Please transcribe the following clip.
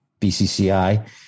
BCCI